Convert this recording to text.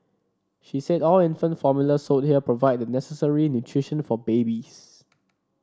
she said all infant formula sold here provide the necessary nutrition for babies